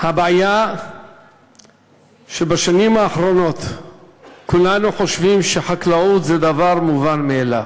הבעיה היא שבשנים האחרונות כולנו חושבים שחקלאות היא דבר מובן מאליו.